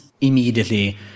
immediately